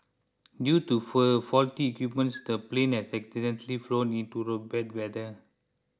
due to full faulty equipments the plane had accidentally flown into the bad weather